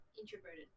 introverted